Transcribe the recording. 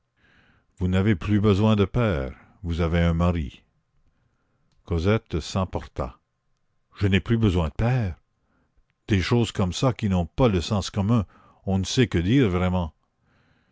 vous n'avez plus besoin de père vous avez un mari cosette s'emporta je n'ai plus besoin de père des choses comme çà qui n'ont pas le sens commun on ne sait que dire vraiment